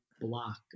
block